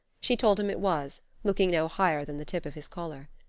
she told him it was, looking no higher than the tip of his collar.